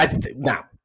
Now